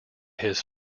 his